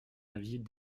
avis